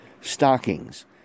Stockings